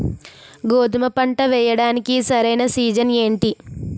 గోధుమపంట వేయడానికి సరైన సీజన్ ఏంటి?